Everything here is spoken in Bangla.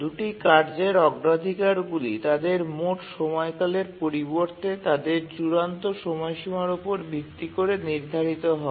২ টি কার্যের অগ্রাধিকারগুলি তাদের মোট সময়কালের পরিবর্তে তাদের চূড়ান্ত সময়সীমার উপর ভিত্তি করে নির্ধারিত হয়